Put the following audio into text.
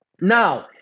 Now